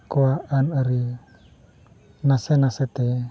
ᱠᱚᱣᱟᱜ ᱟᱹᱱ ᱟᱹᱨᱤ ᱱᱟᱥᱮ ᱱᱟᱥᱮᱛᱮ